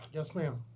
yes, ma'am.